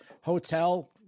hotel